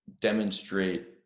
demonstrate